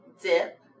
Dip